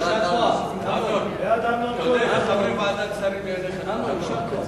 השקעות משותפות בנאמנות (תיקון מס' 14),